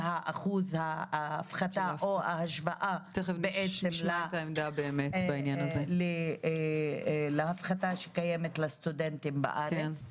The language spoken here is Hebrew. שאחוז ההפחתה או ההשוואה לסטודנטים בארץ מעוגנת בתוך החוק.